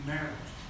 Marriage